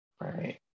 right